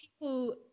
people